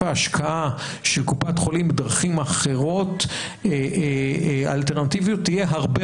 ההשקעה של קופת חולים בדרכים אחרות אלטרנטיביות יהיה הרבה